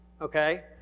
Okay